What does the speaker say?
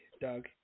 Doug